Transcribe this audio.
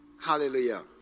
Hallelujah